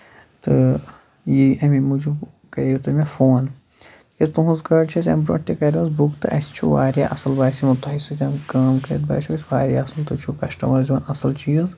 تہٕ یہِ اَمہِ موٗجوٗب کَریاوُ تۄہہِ مےٚ فون کیازِ تُہنز گاڑِ چھِ اَسہِ اَمہِ برونٹھ تہِ بُک تہٕ اَسہِ چھُ واریاہ اَصٕل باسیومُت تۄہہِ سۭتۍ کٲم کٔرِتھ باسیو اَسہِ فرق واریاہ اَصٕل تُہۍ چھِو کَسٹمَرَس دِوان واریاہ اَصٕل چیٖز